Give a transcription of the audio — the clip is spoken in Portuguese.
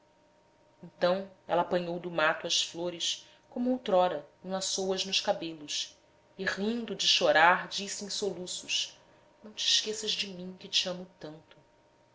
então ela apanhou do mato as flores como outrora enlaçou as nos cabelos e rindo de chorar disse em soluços não te esqueças de mim que te amo tanto